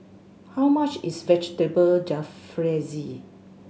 how much is Vegetable Jalfrezi